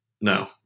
No